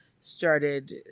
started